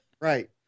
Right